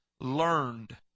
learned